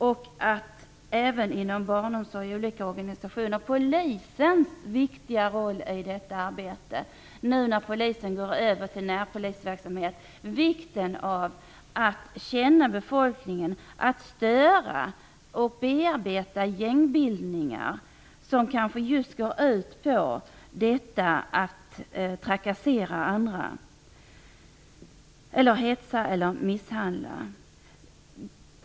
Detta måste även ske inom barnomsorgen och inom olika organisationer. Polisens viktiga roll i detta arbete måste lyftas fram. Nu går ju polisen över till närpolisverksamhet. Det är viktigt att man känner befolkningen och kan störa och bearbeta gängbildningar som kanske just går ut på att trakassera, hetsa eller misshandla andra.